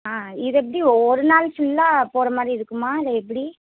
ஆ இது எப்படி ஒ ஒரு நாள் ஃபுல்லாக போகிற மாதிரி இருக்குமா இல்லை எப்படி